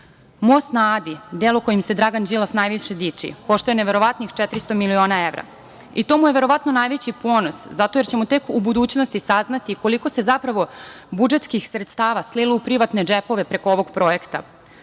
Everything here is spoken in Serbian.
na Adi, delo kojim se Dragan Đilas najviše diči, koštao je neverovatnih 400 miliona evra i to mu je verovatno najveći ponos, zato jer ćemo tek u budućnosti saznati koliko se zapravo, budžetskih sredstava slilo u privatne džepove preko ovog projekta. Ako